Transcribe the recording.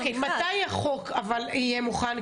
אוקיי, מתי החוק יהיה מוכן?